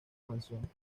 mansión